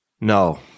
No